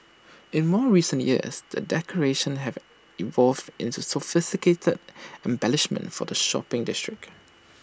in more recent years the decorations have evolved into sophisticated embellishments for the shopping district